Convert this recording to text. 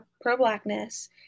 pro-blackness